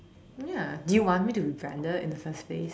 ya do you want me to be branded in the first place